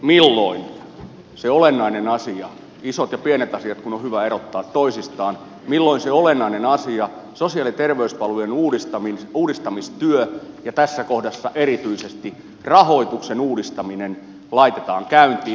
milloin se olennainen asia isot ja pienet asiat kun on hyvä erottaa toisistaan milloin se olennainen asia sosiaali ja terveyspalvelujen uudistamistyö ja tässä kohdassa erityisesti rahoituksen uudistaminen laitetaan käyntiin